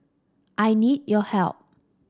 I need your help